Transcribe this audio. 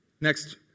Next